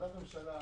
ממשלה,